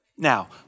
Now